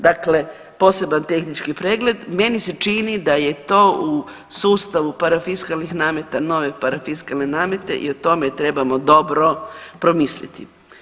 Dakle, poseban tehnički pregled meni se čini da je to u sustavu parafiskalnih namete nove parafiskalne namete i o tome trebamo dobro promisliti.